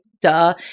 Duh